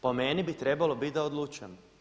Po meni bi trebalo biti da odlučujemo.